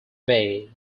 bay